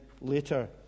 later